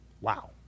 Wow